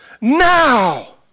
Now